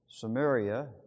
Samaria